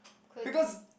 could be